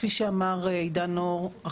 כפי שאמר עידן אור,